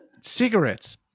cigarettes